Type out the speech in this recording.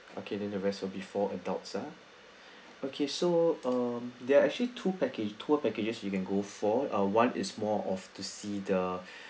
okay then the rest will be four adults ah okay so um there are actually two package tour packages you can go for ah one is more of to see the